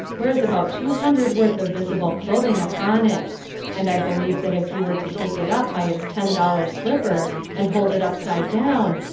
wears about two hundred worth of visible clothing upon it and i believe that if you were to take it up by its ten-dollar slipper and hold it upside down,